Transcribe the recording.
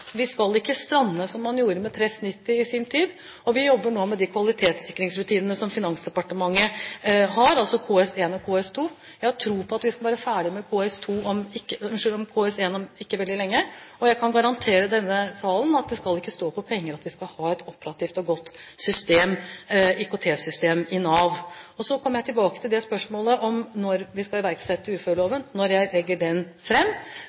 skal ikke strande, som man gjorde med TRESS-90 i sin tid, og vi jobber nå med de kvalitetssikringsrutinene som Finansdepartementet har, altså KS1 og KS2. Jeg har tro på at vi skal være ferdig med KS1 om ikke veldig lenge, og jeg kan garantere i denne salen at det skal ikke stå på penger når det gjelder at vi skal ha et operativt og godt IKT-system i Nav. Så kommer jeg tilbake til spørsmålet om når vi skal iverksette uføreloven når jeg legger den